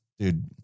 Dude